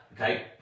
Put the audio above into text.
okay